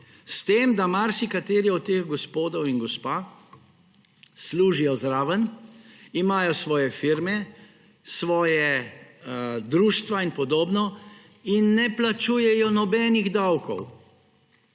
S tem da marsikateri od teh gospodov in gospa služi zraven, imajo svoje firme, svoja društva in podobno in ne plačujejo nobenih davkov.